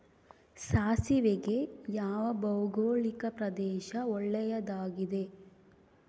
ಸಾಸಿವೆಗೆ ಯಾವ ಭೌಗೋಳಿಕ ಪ್ರದೇಶ ಒಳ್ಳೆಯದಾಗಿದೆ?